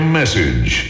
message